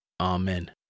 Amen